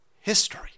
history